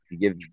Give